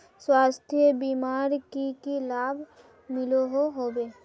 स्वास्थ्य बीमार की की लाभ मिलोहो होबे?